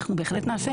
אנחנו בהחלט נעשה,